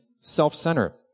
self-centered